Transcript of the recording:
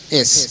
Yes